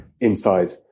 inside